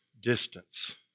distance